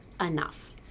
enough